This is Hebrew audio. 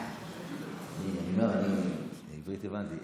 בעברית הבנתי.